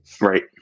Right